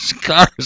cars